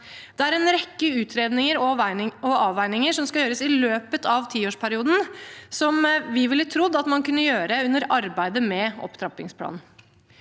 Det er en rekke utredninger og avveininger som skal gjøres i løpet av tiårsperioden, som vi ville trodd man kunne gjøre under arbeidet med opptrappingsplanen.